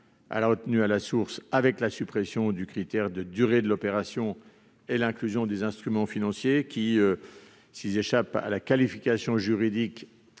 à la retenue à la source, avec la suppression du critère de durée de l'opération et l'inclusion des instruments financiers qui, s'ils échappent à la qualification juridique